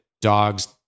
dogs